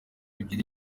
ebyiri